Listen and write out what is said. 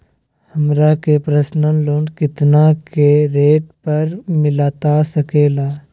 हमरा के personal loan कितना के रेट पर मिलता सके ला?